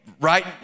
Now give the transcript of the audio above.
right